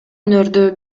өнөрдү